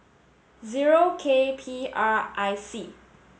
zero K P R I C